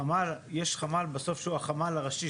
יש חמ"ל בסוף שהוא החמ"ל הראשי,